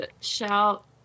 shout